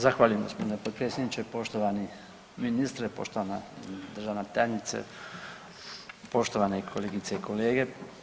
Zahvaljujem g. potpredsjedniče, poštovani ministre, poštovana državna tajnice, poštovane kolegice i kolege.